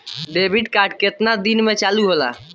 Debit card केतना दिन में चालु होला?